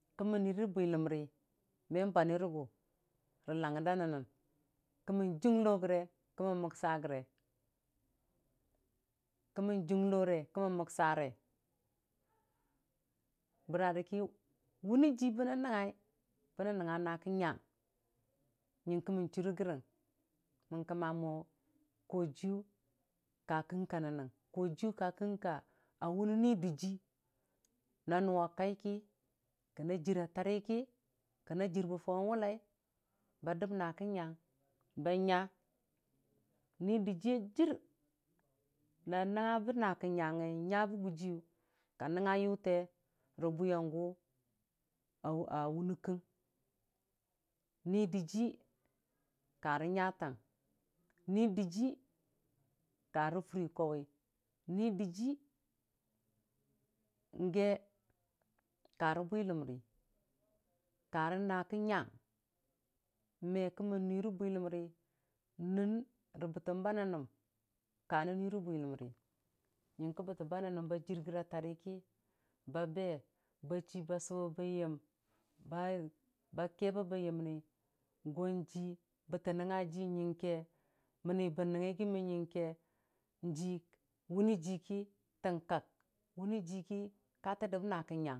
Kəmmən nui bwiləmri man ba nyiringʊ rə langngər da nən mun kəmmən dunglo gəre kəmmən məksa gəre kəmmən unglore kəmmən nəksare bərarə ki wʊni jii bəbən nəngnga bənən nəngnga naa kə nyang yingkə mən chure gəri mən kəmma mo kojiyu ka kɨkan nən nəng kojiiyʊ ka kəngo wʊnne ni dɨjɨɨyəng nʊwa kaiki kə na jara tareki kəna jir bo fau wʊlai ba dəm na kə nyang banya dɨjɨɨ a jir na nəngnga nə naa kə nyangngi nyabo gujiyʊ ka nəngnga yʊte ro bwiyangʊ au a wʊmne kɨ nidɨjii karə nya tang nidɨjii n'ge karə bwiləmri karə naa ko nyang me kəmən nui re bwiləmri nən rə bətəm ba nəng nom ɓa jər gara tari ki babe bachi ba subə bən yam ba bake bo bən yomni gojir bətə nangnga jii nggəngke monni bən nongnga gimən ngəngke jii wunijii ki ti kak wuni jiiki.